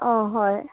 অঁ হয়